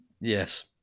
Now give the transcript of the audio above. yes